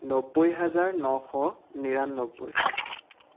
নব্বৈ হাজাৰ নশ নিৰান্নব্বৈ